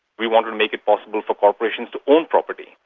we wanted to make it possible for corporations to own property,